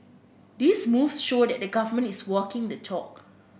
these moves show that the government is walking the talk